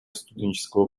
студенческого